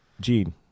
Gene